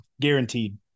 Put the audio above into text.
Guaranteed